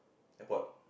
airport